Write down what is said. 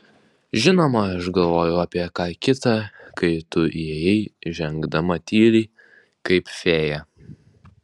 žinoma aš galvojau apie ką kita kai tu įėjai žengdama tyliai kaip fėja